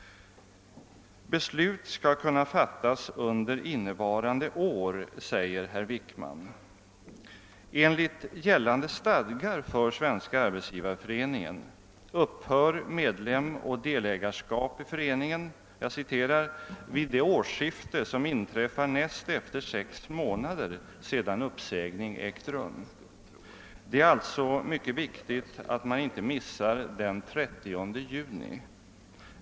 Beslut skall kunna fattas under innevarande år, säger herr Wickman. Enligt gällande stadgar för Svenska arbetsgivareföreningen upphör medlemoch delägarskap i föreningen »vid det årsskifte som inträffar näst efter sex månader sedan uppsägning ägt rum». Det är alltså mycket viktigt att man inte missar den 30 juni.